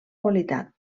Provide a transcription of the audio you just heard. qualitat